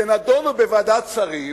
שנדונו בוועדת השרים,